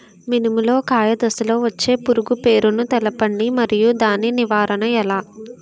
మినుము లో కాయ దశలో వచ్చే పురుగు పేరును తెలపండి? మరియు దాని నివారణ ఎలా?